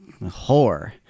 whore